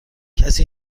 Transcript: کسی